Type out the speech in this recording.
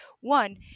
One